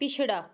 पिछड़ा